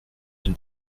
elle